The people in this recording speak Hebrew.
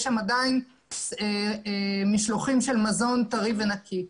שם עדיין משלוחים של מזון טרי ונקי.